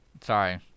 Sorry